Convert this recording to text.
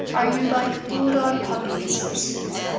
are you like bull-dog puppies, forsooth,